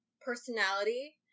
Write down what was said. personality